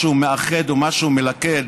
משהו מאחד ומשהו מלכד.